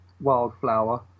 wildflower